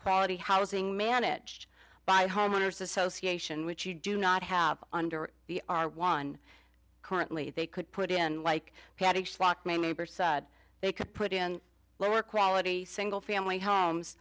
quality housing managed by homeowners association which you do not have under the are won currently they could put in like neighbors they could put in lower quality single family homes